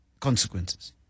consequences